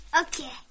Okay